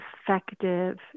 effective